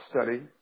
study